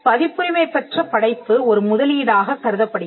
பதிப்புரிமை பெற்ற படைப்பு ஒரு முதலீடாகக் கருதப்படுகிறது